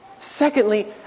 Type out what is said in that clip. Secondly